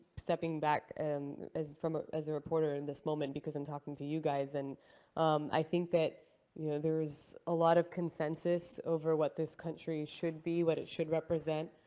stepping back and as from ah as a reporter in this moment, because i'm talking to you guys. and i think that you know there is a lot of consensus over what this country should be, what it should represent.